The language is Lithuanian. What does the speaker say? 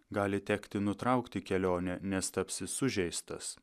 gali tekti nutraukti kelionę nes tapsi sužeistas